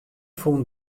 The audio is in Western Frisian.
fûn